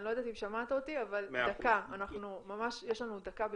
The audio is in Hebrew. אני לא יודעת אם שמעת אותי אבל יש לנו דקה בלבד.